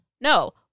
No